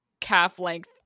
calf-length